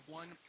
one